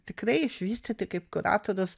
tikrai išvysti tai kaip kuratorius